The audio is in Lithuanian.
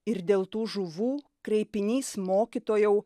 ir dėl tų žuvų kreipinys mokytojau